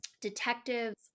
detectives